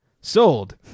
sold